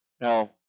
Now